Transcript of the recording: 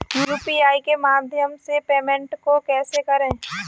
UPI के माध्यम से पेमेंट को कैसे करें?